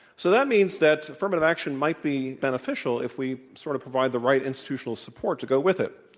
so that means that affirmative action might be beneficial if we sort of provide the right institutional support to go with it.